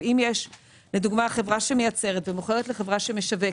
אבל אם יש לדוגמה חברה שמייצרת ומוכרת לחברה שמשווקת,